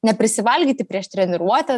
neprisivalgyti prieš treniruotę